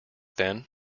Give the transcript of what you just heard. then